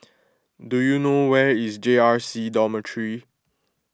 do you know where is J R C Dormitory